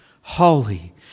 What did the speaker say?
holy